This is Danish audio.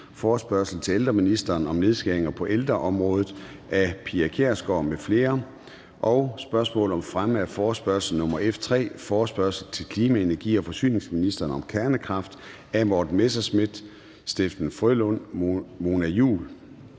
Forespørgsel til ældreministeren om nedskæringer på ældreområdet. Af Pia Kjærsgaard (DF) m.fl. (Anmeldelse 04.10.2023). 3) Spørgsmål om fremme af forespørgsel nr. F 3: Forespørgsel til klima-, energi- og forsyningsministeren om kernekraft. Af Morten Messerschmidt (DF), Steffen W. Frølund (LA) og Mona Juul